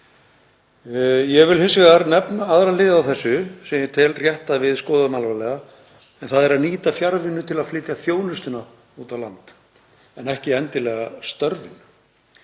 Ég vil hins vegar nefna aðra hlið á þessu sem ég tel rétt að við skoðum alvarlega, en það er að nýta fjarvinnu til að flytja þjónustuna út á land en ekki endilega störfin.